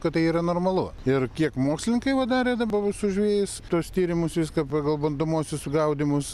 kad tai yra normalu ir kiek mokslininkai va darė dabar su žvejais tuos tyrimus viską pagal bandomuosius sugaudymus